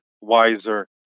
wiser